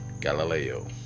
Galileo